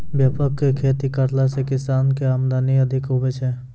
व्यापक खेती करला से किसान के आमदनी अधिक हुवै छै